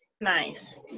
Nice